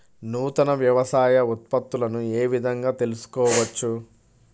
నూతన వ్యవసాయ ఉత్పత్తులను ఏ విధంగా తెలుసుకోవచ్చు?